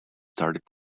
started